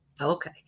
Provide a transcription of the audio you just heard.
Okay